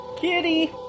Kitty